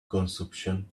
consumption